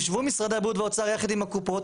ישבו משרדי הבריאות והאוצר יחד עם הקופות